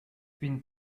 been